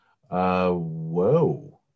whoa